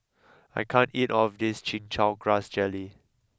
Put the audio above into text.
I can't eat all of this Chin Chow Grass Jelly